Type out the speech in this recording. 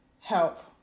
help